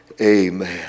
Amen